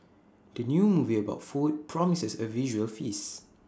the new movie about food promises A visual feast